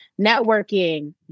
networking